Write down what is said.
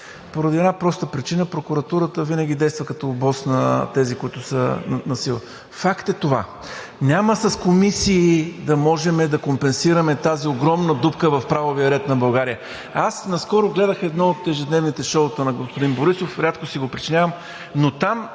поради една проста причина: прокуратурата винаги действа като обоз на тези, които са насила... Факт е това. Няма с комисии да можем да компенсираме тази огромна дупка в правовия ред на България. Аз наскоро гледах едно от ежедневните шоута на господин Борисов – рядко си го причинявам, но там